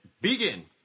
Begin